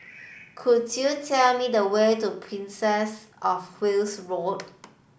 could you tell me the way to Princess of Wales Road